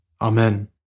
Amen